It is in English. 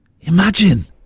Imagine